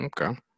Okay